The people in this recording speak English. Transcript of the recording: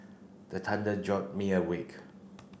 the thunder jolt me awake